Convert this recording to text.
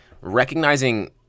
recognizing